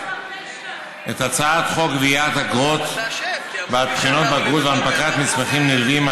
את הצעת חוק גביית אגרות בעד בחינות בגרות והנפקת מסמכים נלווים,